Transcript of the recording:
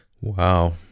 Wow